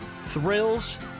Thrills